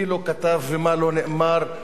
מי לא כתב ומה לא נאמר,